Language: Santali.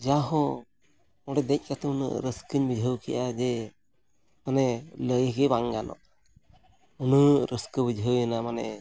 ᱡᱟᱦᱳ ᱚᱸᱰᱮ ᱫᱮᱡ ᱠᱟᱛᱮᱫ ᱩᱱᱟᱹᱜ ᱨᱟᱹᱥᱠᱟᱹᱧ ᱵᱩᱡᱷᱟᱹᱣ ᱠᱮᱜᱼᱟ ᱡᱮ ᱢᱟᱱᱮ ᱞᱟᱹᱭᱜᱮ ᱵᱟᱝ ᱜᱟᱱᱚᱜᱼᱟ ᱩᱱᱟᱹᱜ ᱨᱟᱹᱥᱠᱟᱹ ᱵᱩᱡᱷᱟᱹᱣᱮᱱᱟ ᱢᱟᱱᱮ